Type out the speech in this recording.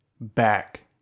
back